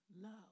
love